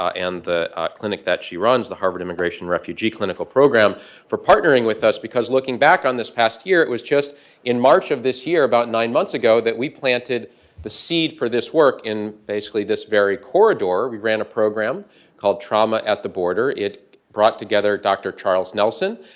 and the clinic that she runs the harvard immigration refugee clinical program for partnering with us. because looking back on this past year, it was just in march of this year, about nine months ago, that we planted the seed for this work. in, basically this very corridor, we ran a program called trauma at the border. it brought together dr. charles nelson,